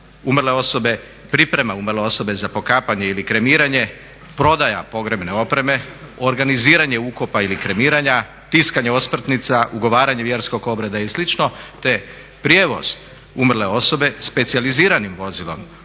umrle osobe za pokapanje ili kremiranje, prodaja pogrebne opreme, organiziranje ukopa ili kremiranja, tiskanje osmrtnica, ugovaranje vjerskog obreda i slično te prijevoz umrle osobe specijaliziranim vozilom,